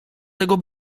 tego